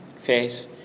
face